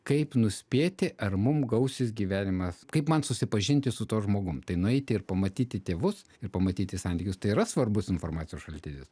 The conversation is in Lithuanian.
kaip nuspėti ar mum gausis gyvenimas kaip man susipažinti su tuo žmogum tai nueiti ir pamatyti tėvus ir pamatyti santykius tai yra svarbus informacijos šaltinis